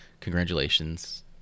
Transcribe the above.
congratulations